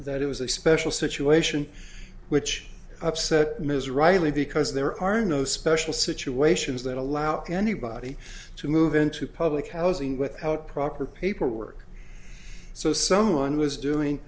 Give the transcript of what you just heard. that it was a special situation which upset ms rightly because there are no special situations that allow anybody to move into public housing without proper paperwork so someone w